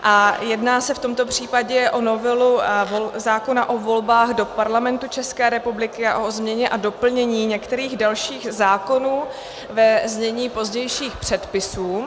A jedná se v tomto případě o novelu zákona o volbách do Parlamentu České republiky a o změně a doplnění některých dalších zákonů, ve znění pozdějších předpisů.